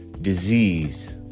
disease